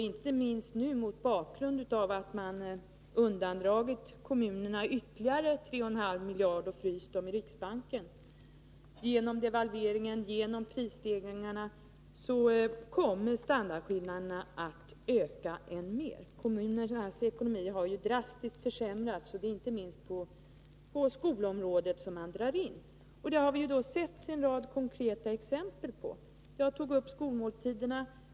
Inte minst mot bakgrund av att man undandragit kommunerna ytterligare 3,5 miljarder och fryst dem i riksbanken, genom devalveringen och genom prisstegringarna kommer standardskillnaderna att öka ännu mer. Kommunernas ekonomi har drastiskt försämrats, och det är inte minst på skolområdet som man drar in. Vi har sett en rad konkreta exempel på detta. Jag tog upp skolmåltiderna.